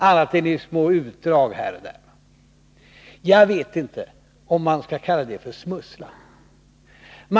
2 och bioteknik Jag vet inte om man skall kalla det för att smussla.